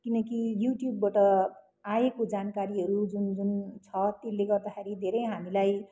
किनकि युट्युबबाट आएको जानकारीहरू जुन जुन छ त्यसले गर्दाखेरि धेरै हामीलाई